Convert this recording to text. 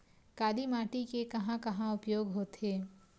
काली माटी के कहां कहा उपयोग होथे?